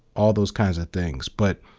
all those kinds of things. but